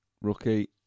Rookie